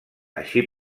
així